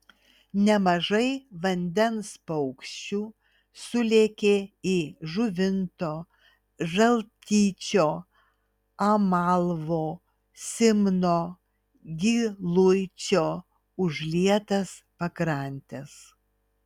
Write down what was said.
nemažai vandens paukščių sulėkė į žuvinto žaltyčio amalvo simno giluičio užlietas pakrantes